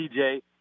tj